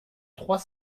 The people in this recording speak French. trois